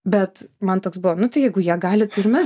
bet man toks buvo nu tai jeigu jie gali tai ir mes